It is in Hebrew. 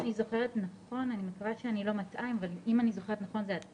אם אני זוכרת נכון, זה עד פברואר.